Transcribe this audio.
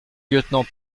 lieutenant